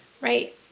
right